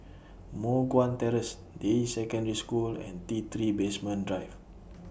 Moh Guan Terrace Deyi Secondary School and T three Basement Drive